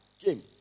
came